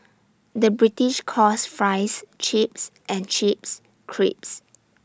the British calls Fries Chips and Chips Crisps